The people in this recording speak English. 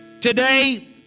Today